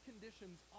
conditions